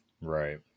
Right